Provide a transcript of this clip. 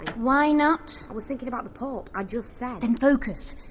why not? i was thinking about the pope, i just said! then focus!